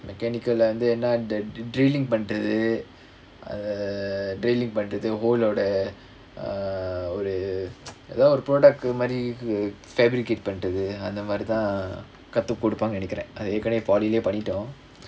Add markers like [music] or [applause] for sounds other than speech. mechanical வந்து என்ன அந்த:vanthu enna antha drilling பண்றது அத:pandrathu athu err driling பண்றது:pandrathu the hole of the err எதோ ஒரு:etho oru [noise] product மாரி:maari fabricate பண்றது அந்த மாரி தான் கத்துகுடுப்பாங்க நினைக்கிறேன் அது ஏற்கனவே:pandrathu antha maari thaan kathukkuduppaanga ninaikkiraen athu erkkanavae polytechnic leh பண்ணிட்டோம்:pannittom